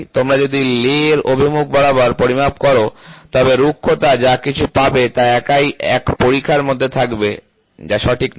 তোমরা যদি লে এর অভিমুখ বরাবর পরিমাপ করো তবে রুক্ষতা যা কিছু পাবে তা একাই এক পরিখার মধ্যে থাকবে যা সঠিক নয়